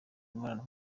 imibonano